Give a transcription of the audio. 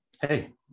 hey